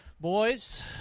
Boys